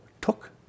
took